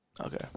Okay